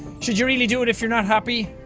should you really do it if you're not happy?